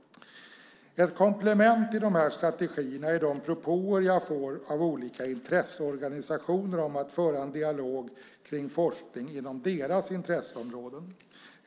Ett komplement till de här strategierna är de propåer som jag får av olika intresseorganisationer om att föra en dialog om forskning inom deras intresseområden.